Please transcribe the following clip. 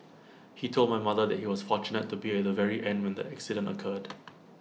he told my mother that he was fortunate to be at the very end when the accident occurred